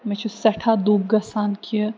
مےٚ چھُ سٮ۪ٹھاہ دُکھ گَژھان کہِ